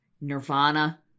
Nirvana